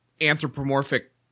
anthropomorphic